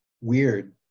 weird